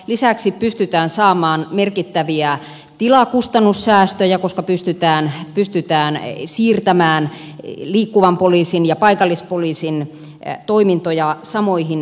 lisäksi pystytään saamaan merkittäviä tilakustannussäästöjä koska pystytään siirtämään liikkuvan poliisin ja paikallispoliisin toimintoja samoihin tiloihin